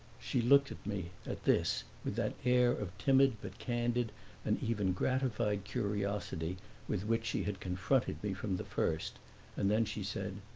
she looked at me, at this, with that air of timid but candid and even gratified curiosity with which she had confronted me from the first and then she said,